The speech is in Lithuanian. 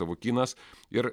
savukynas ir